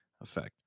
effect